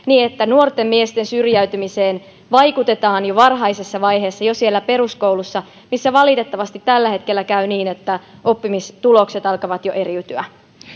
niin että nuorten miesten syrjäytymiseen vaikutetaan jo varhaisessa vaiheessa jo siellä peruskoulussa missä valitettavasti tällä hetkellä käy niin että oppimistulokset alkavat jo eriytyä